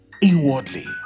inwardly